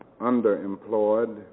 underemployed